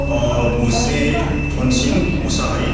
ओ मुस्रि धनसिं मुसाहारि